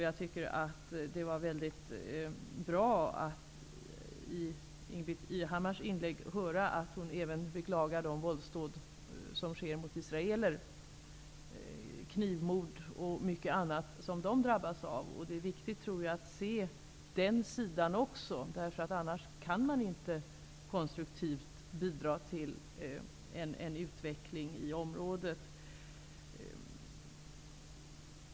Jag tycker att det var bra att Ingbritt Irhammar i sitt inlägg även beklagade de våldsdåd -- knivmord och mycket annat -- som begås mot israeler. Det är viktigt, tror jag, att se den sidan också. Annars kan man inte konstruktivt bidra till en utveckling i området.